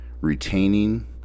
retaining